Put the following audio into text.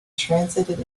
translated